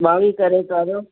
ॿावीह कैरेट वारो